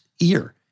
ear